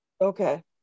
Okay